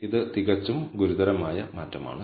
ഇത് തികച്ചും ഗുരുതരമായ മാറ്റമാണ്